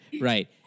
Right